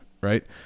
right